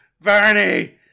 Bernie